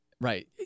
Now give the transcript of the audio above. Right